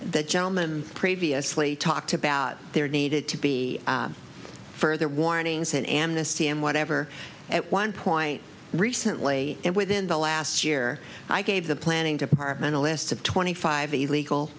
that gentleman previously talked about there needed to be further warnings an amnesty and whatever at one point recently and within the last year i gave the planning department a list of twenty five illegal